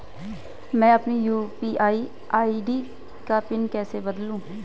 मैं अपनी UPI ID का पिन कैसे बदलूं?